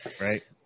Right